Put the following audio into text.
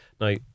Now